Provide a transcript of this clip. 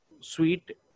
sweet